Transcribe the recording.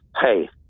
hey